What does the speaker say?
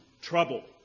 trouble